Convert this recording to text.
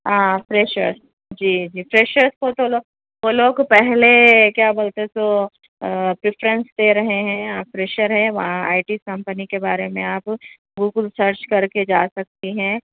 ہاں فریشر جی جی فریشرس کو تو لوگ وہ لوگ پہلے کیا بولتے سو پریفرینس دے رہے ہیں آپ فریشر ہیں وہاں آئی ٹیز کمپنی کے بارے میں آپ گوگل سرچ کر کے جا سکتی ہیں